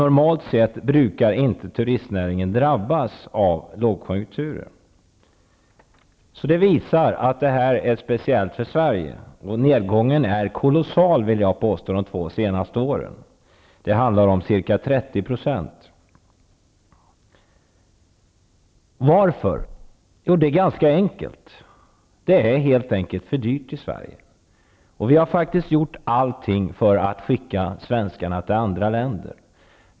Normalt sett brukar inte turistnäringen drabbas av lågkonjunkturer. Det visar att det här är något speciellt för Sverige. Nedgången har varit kolossal de två senaste åren -- det handlar om ca 30 %. Varför? Jo, det är ganska enkelt: det är för dyrt i Sverige. Vi har gjort allting för att skicka svenskarna till andra länder.